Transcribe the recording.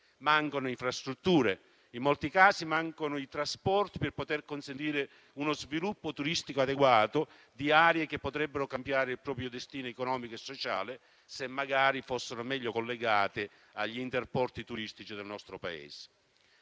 mancano infrastrutture; in molti casi, mancano i trasporti per poter consentire uno sviluppo turistico adeguato di aree che potrebbero cambiare il proprio destino economico e sociale, se magari fossero meglio collegate agli interporti turistici del nostro Paese.